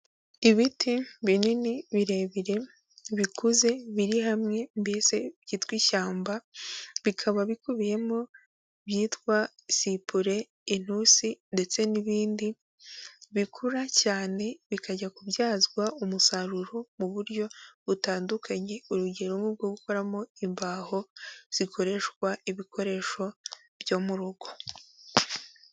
Ibiti binini birebire bikuze biri hamwe mbese byitwa ishyamba. Bikaba bikubiyemo ibyitwa sipule, intusi, ndetse n'ibindi. Bikura cyane bikajya kubyazwa umusaruro mu buryo butandukanye. Urugero nk'ubwo gukoramo imbaho zikoreshwa ibikoresho byo mu rugo.